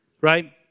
Right